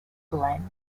glenn